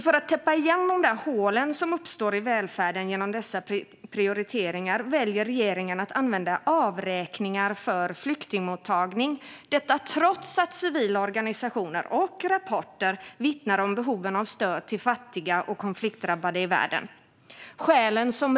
För att täppa igen de hål som uppstår i välfärden genom dessa prioriteringar väljer regeringen att använda avräkningar för flyktingmottagning, trots att civila organisationer och rapporter vittnar om behovet av stöd till fattiga och konfliktdrabbade i världen.